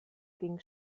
ging